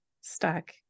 stuck